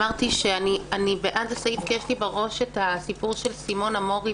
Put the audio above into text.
אני בעד הסעיף כי יש לי בראש את הסיפור של סימונה מורי,